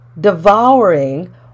devouring